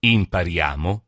Impariamo